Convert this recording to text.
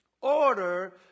order